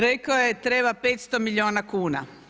Rekao je treba 500 milijuna kuna.